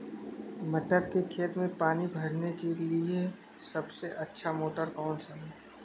मटर के खेत में पानी भरने के लिए सबसे अच्छा मोटर कौन सा है?